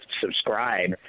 subscribe